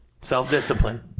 Self-discipline